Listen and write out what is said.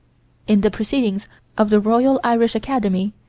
in the proceedings of the royal irish academy,